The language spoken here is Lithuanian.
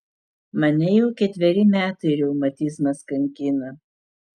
mane jau ketveri metai reumatizmas kankina